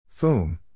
Foom